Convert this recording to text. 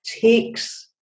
takes